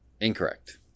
Incorrect